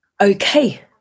okay